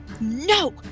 no